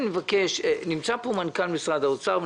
מבקש, נמצא פה מנכ"ל משרד האוצר.